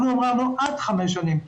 אנחנו אמרנו, עד חמש שנים.